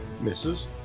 Misses